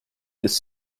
this